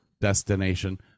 destination